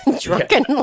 drunken